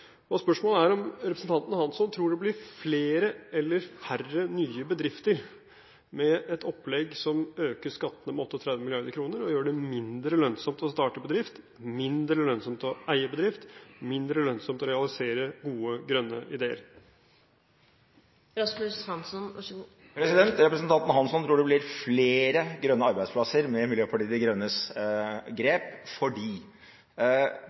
gründere. Spørsmålet er om representanten Hansson tror det blir flere eller færre nye bedrifter med et opplegg som øker skattene med 38 mrd. kr og gjør det mindre lønnsomt å starte bedrift, mindre lønnsomt å eie bedrift og mindre lønnsomt å realisere gode, grønne ideer. Representanten Hansson tror det blir flere grønne arbeidsplasser med Miljøpartiet De Grønnes grep, fordi